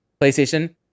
PlayStation